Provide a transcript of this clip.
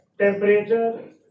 temperature